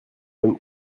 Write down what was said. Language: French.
même